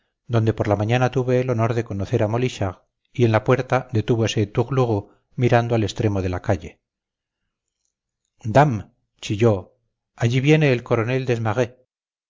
donde por la mañana tuve el honor de conocer a molichard y en la puerta detúvose tourlourou mirando al extremo de la calle dame chilló allí viene el coronel